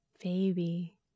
baby